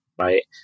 right